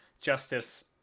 justice